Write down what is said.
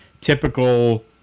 typical